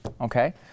okay